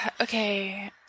Okay